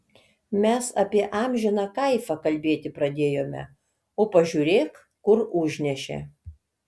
mes apie amžiną kaifą kalbėti pradėjome o pažiūrėk kur užnešė